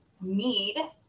need